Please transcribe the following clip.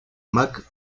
mac